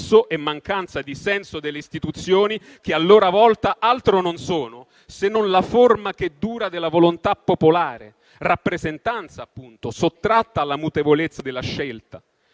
che scasso e mancanza di senso delle istituzioni, che a loro volta altro non sono se non la forma che dura della volontà popolare; rappresentanza, appunto, sottratta alla mutevolezza della scelta.